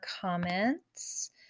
comments